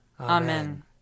Amen